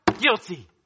guilty